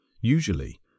Usually